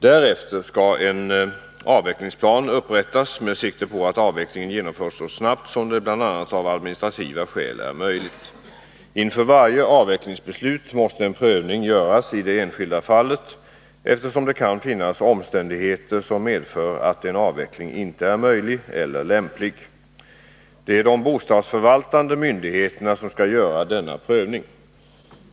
Därefter skall en avvecklingsplan upprättas med sikte på att avvecklingen genomförs så snabbt som det bl.a. av administrativa skäl är möjligt. Inför varje avvecklingsbeslut måste en prövning göras i det enskilda fallet, eftersom det kan finnas omständigheter som medför att en avveckling inte är möjlig eller lämplig. Det är de bostadsförvaltande myndigheterna som skall göra denna prövning.